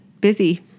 busy